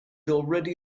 already